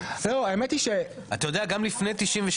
אתה יודע גם לפני 1992,